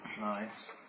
Nice